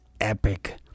epic